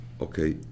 okay